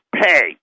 pay